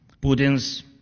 Putin's